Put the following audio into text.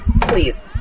Please